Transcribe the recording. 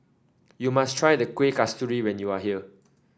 you must try the Kuih Kasturi when you are here